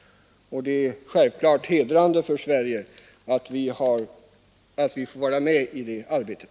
Det är självfallet hedrande för Sverige att vi får vara med i det arbetet.